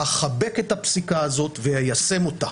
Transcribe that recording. אחבק את הפסיקה הזאת ואיישם אותה